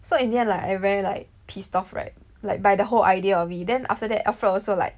so in the end like I very like pissed off right like by the whole idea of it then after that Alfred also like